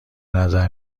نظر